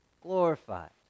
glorified